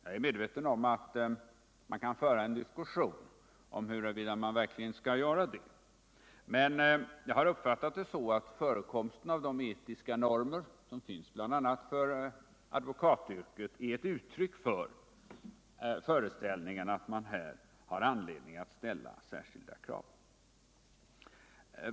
Jag är medveten om att man kan föra en diskussion om huruvida man verkligen skall göra det, men jag har uppfattat det så att förekomsten av de etiska normer som finns bl.a. för advokatyrket är ett uttryck för föreställningen att man här har anledning att ställa särskilda krav.